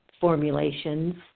formulations